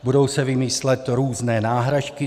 Budou se vymýšlet různé náhražky.